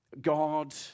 God